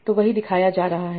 तो वही दिखाया जा रहा है